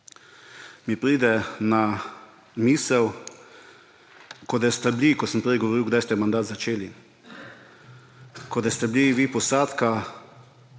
mi pride na misel, kot da ste bili, ko sem prej govoril, kdaj ste mandat začeli, kot da ste bili vi posadka